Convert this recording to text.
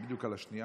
הם בדיוק על השנייה,